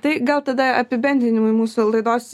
tai gal tada apibendrinimui mūsų laidos